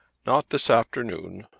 not this afternoon.